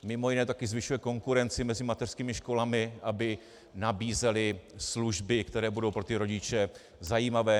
Mimo jiné také zvyšujeme konkurenci mezi mateřskými školami, aby nabízely služby, které budou pro rodiče zajímavé.